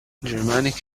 germanic